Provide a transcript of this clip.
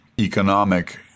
economic